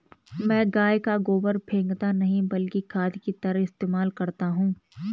मैं गाय का गोबर फेकता नही बल्कि खाद की तरह इस्तेमाल करता हूं